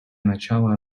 начала